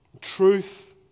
truth